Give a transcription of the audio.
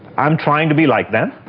i'm trying to be like them?